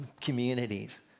communities